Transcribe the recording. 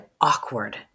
awkward